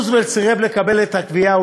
רוזוולט סירב לקבל את הקביעה,